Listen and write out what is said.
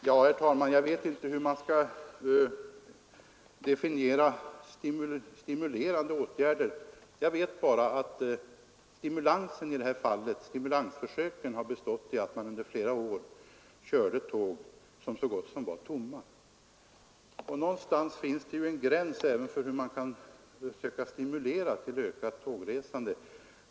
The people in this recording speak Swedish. Herr talman! Jag vet inte hur man skall definiera ”stimulerande åtgärder”; jag vet bara att stimulansförsöken i det här fallet har bestått i att man under flera år har kört tåg som varit så gott som tomma. Någonstans finns det en gräns även för hur man kan stimulera till ökat tågresande.